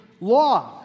law